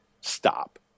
Stop